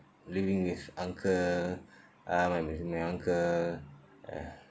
living his uncle I my uncle uh